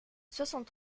soixante